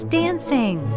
dancing